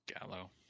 Gallo